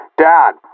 Dad